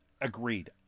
Agreed